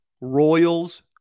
Royals